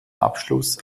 abschluss